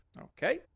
Okay